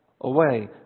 away